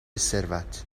ثروت